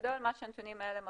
בגדול מה שהנתונים האלה מראים,